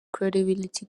credibility